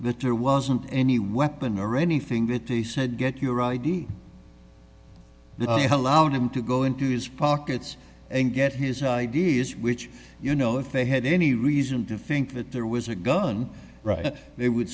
that there wasn't any weapon or anything that he said get your i d allowed him to go into his pockets and get his ideas which you know if they had any reason to think that there was a gun right they would